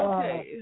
Okay